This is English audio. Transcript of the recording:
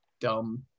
dumb